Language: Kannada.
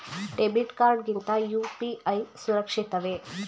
ಡೆಬಿಟ್ ಕಾರ್ಡ್ ಗಿಂತ ಯು.ಪಿ.ಐ ಸುರಕ್ಷಿತವೇ?